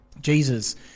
Jesus